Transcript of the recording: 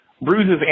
bruises